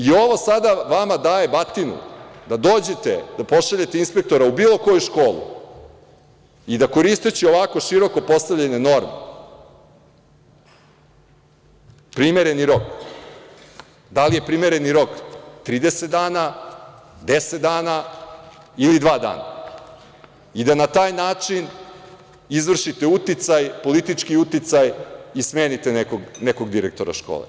I ovo sada vama daje batinu, da dođete, da pošaljete inspektora u bilo koju školu i da koristeći ovako široko postavljene norme, primereni rok, da li je primereni rok 30 dana, 10 dana ili dva dana, i da na taj način izvršite uticaj, politički uticaj i smenite nekog direktora škole.